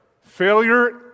Failure